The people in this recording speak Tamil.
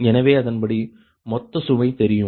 எனவே அதன்படி மொத்த சுமை தெரியும்